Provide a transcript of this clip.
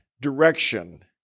direction